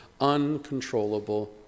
uncontrollable